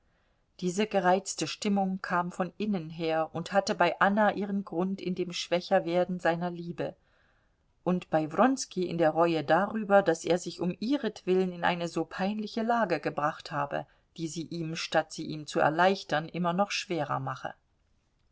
diese gereizte stimmung kam von innen her und hatte bei anna ihren grund in dem schwächerwerden seiner liebe und bei wronski in der reue darüber daß er sich um ihretwillen in eine so peinliche lage gebracht habe die sie ihm statt sie ihm zu erleichtern immer noch schwerer mache